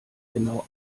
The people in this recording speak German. genau